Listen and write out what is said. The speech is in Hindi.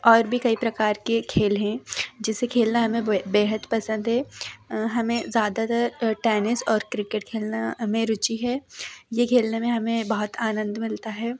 और भी कई प्रकार के खेल हैं जिसे खेलना हमें बेहद पसंद हैं हमें ज़्यादातर टेनिस और क्रिकेट खेलने में रुचि है ये खेलने में हमें बहुत आनंद मिलता है